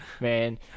Man